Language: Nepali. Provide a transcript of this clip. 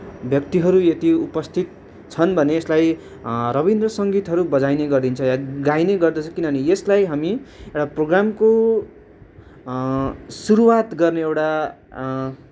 व्यक्तिहरू यदि उपस्थित छन् भने यसलाई रविन्द्र सङ्गीतहरू बजाइने गरिन्छ या गाइने गर्दछ किनभने यसलाई हामी एउटा प्रोग्रामको सुरुवात गर्ने एउटा